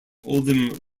oldham